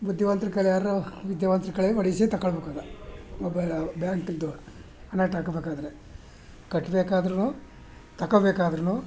ಬುದ್ಧಿವಂತ್ರ ಕೈಯ್ಯಲ್ಲಿ ಯಾರೋ ವಿದ್ಯಾವಂತ್ರ ಕಡೆ ಮಾಡಿಸಿ ತಗೊಳ್ಬೇಕು ನಾವು ಮೊಬೈಲ ಬ್ಯಾಂಕಿಂದು ಹಣ ತಗೊಳ್ಬೇಕಾದ್ರೆ ಕಟ್ಬೇಕಾದ್ರೂ ತೊಗೊಳ್ಬೇಕಾದ್ರೂ